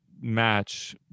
match